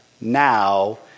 now